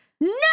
No